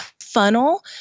funnel